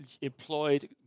employed